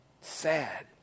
Sad